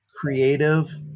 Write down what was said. creative